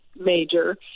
major